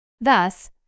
Thus